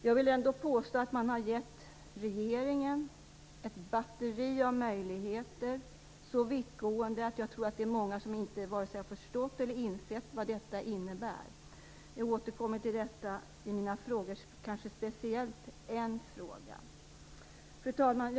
Jag vill ändå påstå att man har gett regeringen ett batteri av möjligheter så vittgående att jag tror att det är många som varken har förstått eller insett vad detta innebär. Jag återkommer till detta i mina frågor, och kanske speciellt i en fråga. Fru talman!